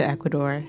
Ecuador